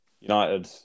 United